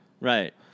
Right